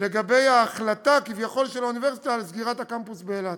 לגבי ההחלטה כביכול של האוניברסיטה לסגור את הקמפוס באילת.